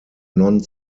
non